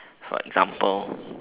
for example